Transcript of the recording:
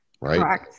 right